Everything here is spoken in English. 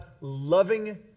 loving